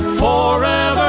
forever